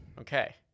Okay